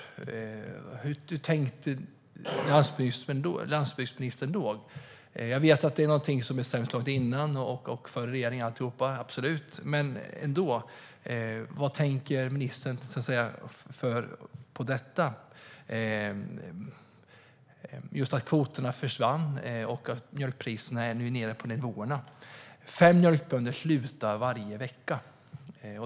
Hur tänkte landsbygdsministern då? Jag vet att det är någonting som bestämdes långt innan, före den här regeringen och alltihop, men ändå: Vad tänker ministern om detta att kvoterna försvann och att mjölkpriserna nu är nere på de här nivåerna? Fem mjölkbönder slutar varje vecka.